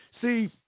See